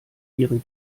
ihre